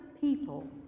people